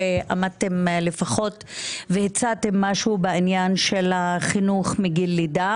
טוב שעמדתם לפחות והצגתם משהו של החינוך מגיל לידה.